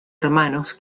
hermanos